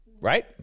right